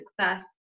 success